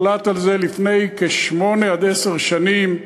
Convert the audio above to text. הוחלט על זה לפני כשמונה עד עשר שנים.